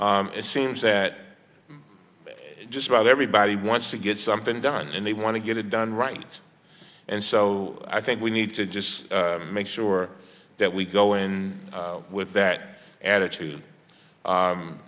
it seems that many just about everybody wants to get something done and they want to get it done right and so i think we need to just make sure that we go in with that attitude